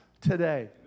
today